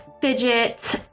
fidget